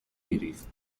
میریخت